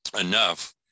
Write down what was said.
enough